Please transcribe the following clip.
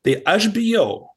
tai aš bijau